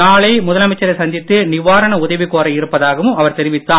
நாளை முதலமைச்சரை சந்தித்து நிவாரண உதவி கோர இருப்பதாகவும் அவர் தெரிவித்தார்